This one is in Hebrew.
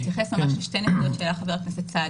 אתייחס לשתי נקודות שהעלה חבר הכנסת סעדי,